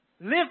Live